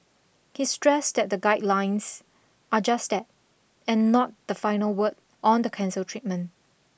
he stressed that the guidelines are just that and not the final word on the cancer treatment